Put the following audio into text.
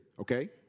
Okay